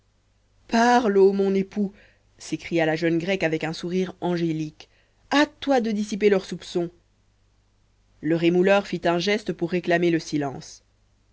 ô mon époux s'écria la jeune grecque avec un sourire angélique hâte-toi de dissiper leurs soupçons le rémouleur fit un geste pour réclamer le silence